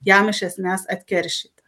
jam iš esmės atkeršyti